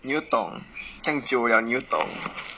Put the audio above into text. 你又懂这样久了你又懂